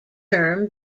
term